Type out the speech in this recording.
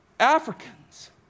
Africans